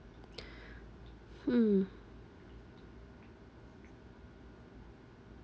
hmm